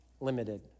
limited